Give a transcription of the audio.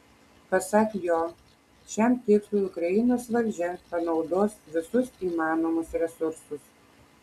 pasak jo šiam tikslui ukrainos valdžia panaudos visus įmanomus resursus